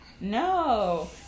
No